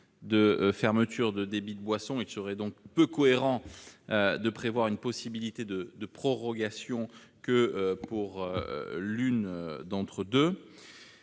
de fermetures de débits de boissons et il serait donc peu cohérent de prévoir une possibilité de prorogation que pour l'une d'entre 2,